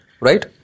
right